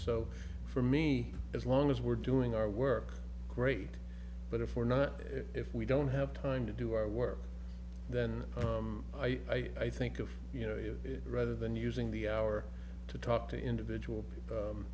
so for me as long as we're doing our work great but if we're not if we don't have time to do our work then i i think of you know you rather than using the hour to talk to individual